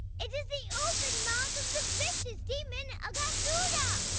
it is the open mouth of the vicious demon aghasura.